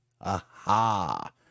aha